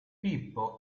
pippo